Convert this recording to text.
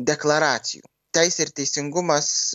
deklaracijų teisė ir teisingumas